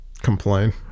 Complain